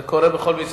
זה קורה כמעט בכל משרד.